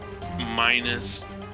Minus